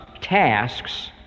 tasks